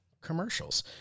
commercials